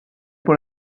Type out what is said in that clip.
pour